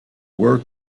were